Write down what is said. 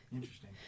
Interesting